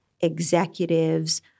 executives